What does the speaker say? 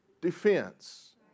defense